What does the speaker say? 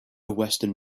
western